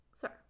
Sir